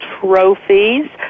trophies